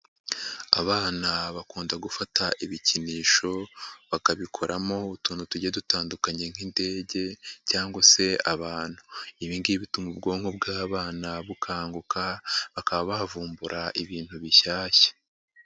Abana bakunda gufata ibikinisho bakabikoramo utuntu tujye dutandukanye nk'indege cyangwa se abantu. Ibi ngibi bituma ubwonko bw'abana bukanguka, bakaba bavumbura ibintu bishyashya.